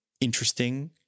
interesting